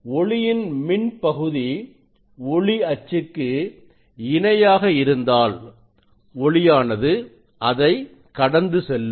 ஒளியின் மின் பகுதி ஒளி அச்சுக்கு இணையாக இருந்தால் ஒளியானது அதை கடந்து செல்லும்